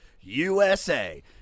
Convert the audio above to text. USA